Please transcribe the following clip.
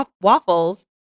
waffles